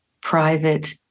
private